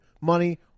money